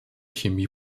chemie